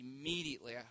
immediately